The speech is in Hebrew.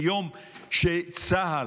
ביום שצה"ל,